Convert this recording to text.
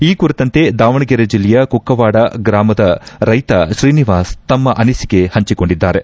ಈ ಕುರಿತಂತೆ ದಾವಣಗೆರೆ ಜಿಲ್ಲೆಯ ಕುಕ್ಕವಾಡ ಗ್ರಾಮದ ರೈತ ಶ್ರೀನಿವಾಸ್ ತಮ್ನ ಅನಿಸಿಕೆ ಹಂಚಿಕೊಂಡಿದ್ದಾರೆ